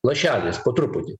lašelis po truputį